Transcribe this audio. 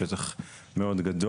שזה שטח מאוד גדול,